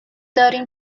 داریم